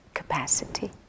capacity